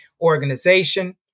organization